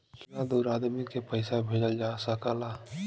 कितना दूर आदमी के पैसा भेजल जा सकला?